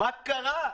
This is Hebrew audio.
מה קרה?